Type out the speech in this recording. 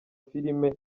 filime